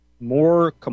More